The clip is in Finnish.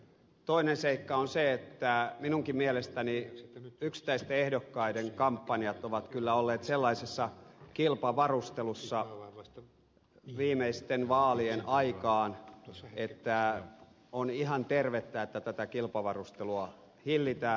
toinen seikka on se että minunkin mielestäni yksittäisten ehdokkaiden kampanjat ovat kyllä olleet sellaisessa kilpavarustelussa viimeisten vaalien aikaan että on ihan tervettä että tätä kilpavarustelua hillitään